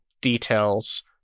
details